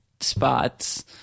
spots